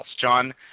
John